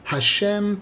Hashem